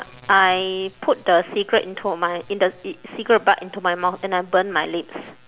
I put the cigarette into my in the it cigarette bud into my mouth and I burn my lips